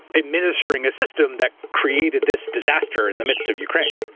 administering a system that created this disaster in the midst of ukraine.